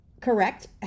Correct